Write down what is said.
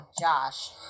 Josh